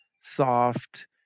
soft